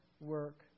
work